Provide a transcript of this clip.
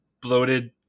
bloated